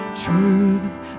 truths